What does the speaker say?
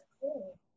cool